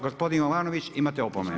Gospodine Jovanoviću, imate opomenu.